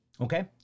Okay